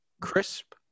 crisp